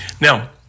Now